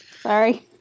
Sorry